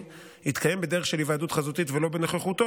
יתקיים בדרך של היוועדות חזותית ולא בנוכחותו,